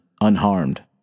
unharmed